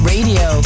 Radio